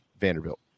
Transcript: Vanderbilt